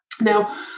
Now